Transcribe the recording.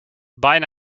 bijna